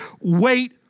wait